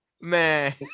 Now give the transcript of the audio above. Man